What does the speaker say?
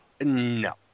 No